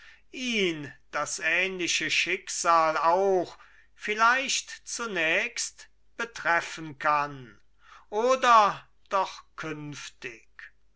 ihn das ähnliche schicksal auch vielleicht zunächst betreffen kann oder doch künftig